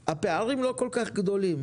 הפערים לא כל כך גדולים,